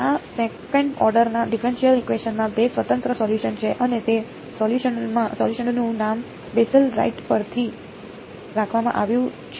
આ second order ના differential equation માં બે સ્વતંત્ર સોલ્યુસન છે અને તે સોલ્યુસનનું નામ બેસેલ રાઇટ પરથી રાખવામાં આવ્યું છે